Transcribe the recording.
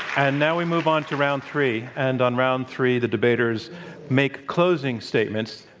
and now, we move on to round three. and on round three, the debaters make closing statements.